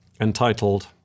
entitled